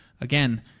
again